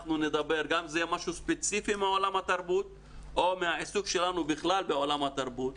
גם אם זה משהו ספציפי מעולם התרבות או מהעיסוק שלנו בכלל בעולם התרבות.